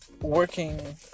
working